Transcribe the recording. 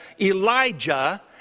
Elijah